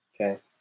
Okay